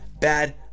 bad